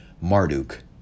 Marduk